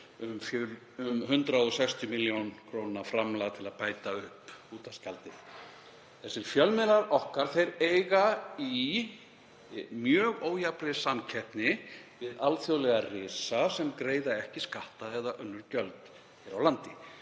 um 160 millj. kr. framlag til að bæta upp útvarpsgjaldið. Þessir fjölmiðlar okkar eiga í mjög ójafnri samkeppni við alþjóðlega risa sem greiða ekki skatta eða önnur gjöld hér á landi